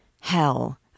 Hell